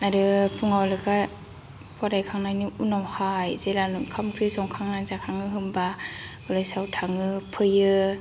आरो फुङाव लेखा फरायखांनायनि उनावहाय जेलानो ओंखाम ओंख्रि संखांनानै जाखाङो होमब्ला कलेजाव थाङो फैयो